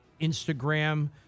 Instagram